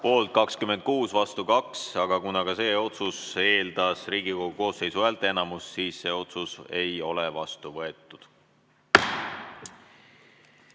Poolt 26, vastu 2. Aga kuna ka see otsus eeldas Riigikogu koosseisu häälteenamust, siis see otsus ei ole vastu võetud. Nii.